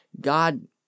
God